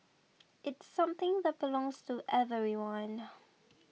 it's something that belongs to everyone